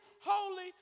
holy